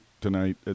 tonight